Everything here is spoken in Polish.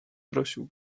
prosił